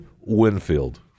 Winfield